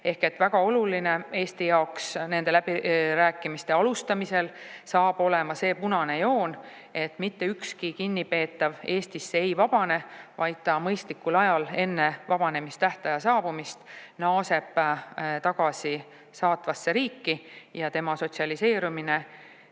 Ehk väga oluline Eesti jaoks nende läbirääkimiste alustamisel saab olema see punane joon, et mitte ükski kinnipeetav Eestisse ei vabane, vaid mõistlikul ajal enne vabanemistähtaja saabumist ta naaseb teda siia saatnud riiki ja tema sotsialiseerimine